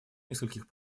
нескольких